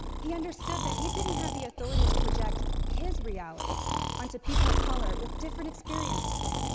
he understood that he didn't have the authority to project his reality onto people of color with different experiences.